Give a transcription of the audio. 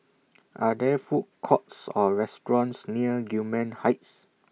Are There Food Courts Or restaurants near Gillman Heights